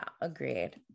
agreed